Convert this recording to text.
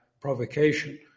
provocation